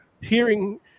hearing